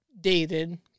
dated